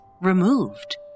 Removed